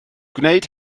gwneud